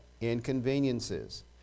inconveniences